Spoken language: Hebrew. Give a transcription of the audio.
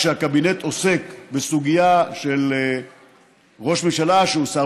כשהקבינט עוסק בסוגיה של ראש ממשלה שהוא שר